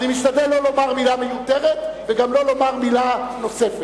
אני משתדל לא לומר מלה מיותרת וגם לא לומר מלה נוספת.